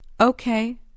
Okay